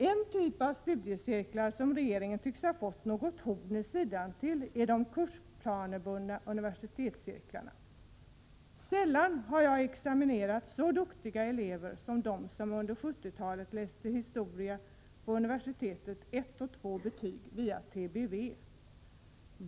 En typ av studiecirklar som regeringen tycks ha fått något horn i sidan till är de kursplanebundna universitetscirklarna. Sällan har jag examinerat så duktiga elever som de som under 70-talet via TBV läste 1 och 2 betyg i historia på universitetet.